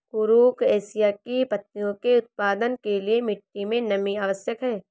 कुरुख एशिया की पत्तियों के उत्पादन के लिए मिट्टी मे नमी आवश्यक है